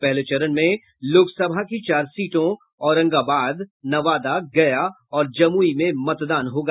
पहले चरण में लोकसभा की चार सीटों औरंगाबाद नवादा गया और जमुई में मतदान होगा